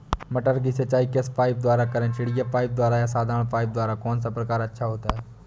मटर की सिंचाई किस पाइप द्वारा करें चिड़िया पाइप द्वारा या साधारण पाइप द्वारा कौन सा प्रकार अच्छा होता है?